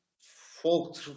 folk